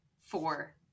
four